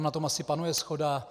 Na tom asi panuje shoda.